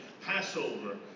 Passover